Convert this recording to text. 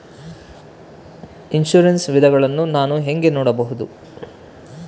Insurance ವಿಧಗಳನ್ನ ನಾನು ಹೆಂಗ ನೋಡಬಹುದು?